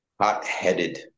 hot-headed